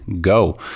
go